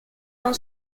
non